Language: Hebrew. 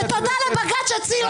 ותודה לבג"ץ שהציל אותם.